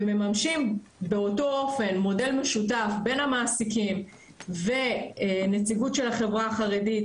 ומממשים באותו אופן מודל משותף בין המעסיקים ונציגות של החברה החרדית,